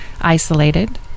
isolated